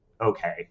okay